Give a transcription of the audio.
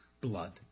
blood